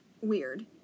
weird